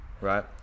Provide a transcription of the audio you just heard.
right